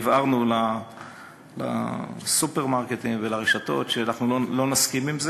והבהרנו לסופרמרקטים ולרשתות שלא נסכים לזה,